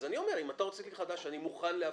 ואני אומר שאני מוכן לאפשר.